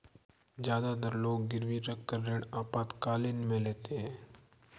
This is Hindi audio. ज्यादातर लोग गिरवी रखकर ऋण आपातकालीन में लेते है